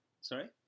Sorry